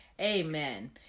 Amen